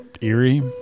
eerie